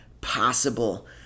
possible